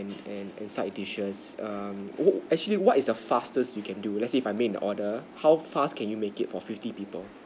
and and and side dishes um wha~ actually what is the fastest you can do let's say if I made an order how fast can you make it for fifty people